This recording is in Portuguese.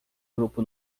grupo